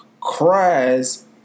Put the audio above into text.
cries